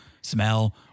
smell